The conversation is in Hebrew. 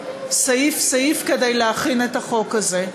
סעיף-סעיף כדי להכין את החוק הזה.